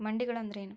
ಮಂಡಿಗಳು ಅಂದ್ರೇನು?